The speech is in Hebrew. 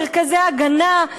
מרכזי הגנה,